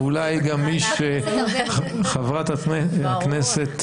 חברת הכנסת